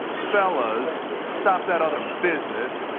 fellows, stop that other business,